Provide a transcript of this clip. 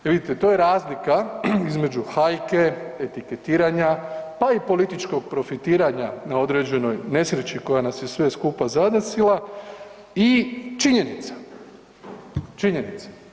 Vidite to je razlika između hajke, etiketiranja, pa i političkog profitiranja na određenoj nesreći koja nas je sve skupa zadesila i činjenica, činjenica.